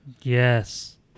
Yes